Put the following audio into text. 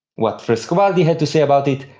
what frescobaldi had to say about it,